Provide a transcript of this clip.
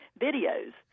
videos